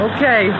Okay